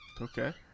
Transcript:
Okay